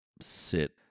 sit